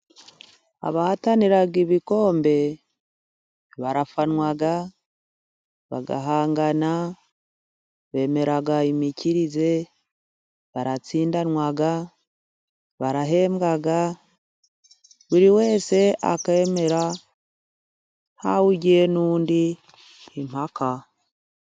Abahatanira ibikombe barafanwa, bagahangana, bemera imikirize, baratsindanwa, barahembwa, buri wese akemera, ntawe ugiye n'undi impaka.